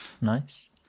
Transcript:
Nice